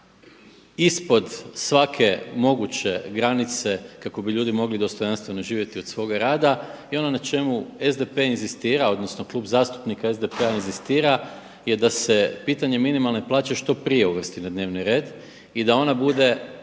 ispod svake moguće granice kako bi ljudi mogli dostojanstveno živjeti od svoga rada i ono na čemu SDP inzistira odnosno Klub zastupnika SDP-a inzistira je da se pitanje minimalne plaće što prije uvrsti u dnevni red i da ona bude